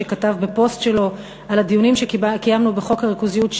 שכתב בפוסט שלו על הדיונים שקיימנו בחוק הריכוזיות,